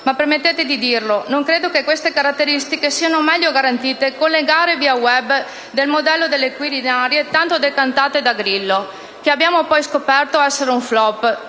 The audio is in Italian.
- permettetemi di dirlo - non credo che queste caratteristiche siano meglio garantite con le gare via *web* sul modello delle "quirinarie" tanto decantate da Grillo, che abbiamo poi scoperto essere un *flop*